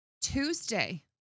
Tuesday